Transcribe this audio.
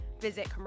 Visit